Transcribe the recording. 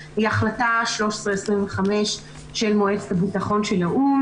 היא החלטה 1325 של מועצת הביטחון של האו"ם,